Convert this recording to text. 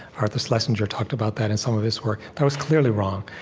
arthur schlesinger talked about that in some of his work. that was clearly wrong.